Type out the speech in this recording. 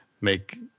make